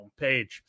homepage